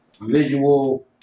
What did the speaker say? visual